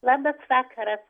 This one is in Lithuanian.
labas vakaras